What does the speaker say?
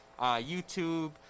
YouTube